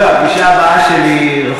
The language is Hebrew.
חבר'ה, הפגישה הבאה שלי רחוקה.